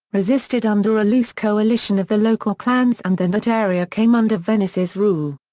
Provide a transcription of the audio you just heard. resisted under a loose coalition of the local clans and then that area came under venice's rule.